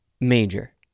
major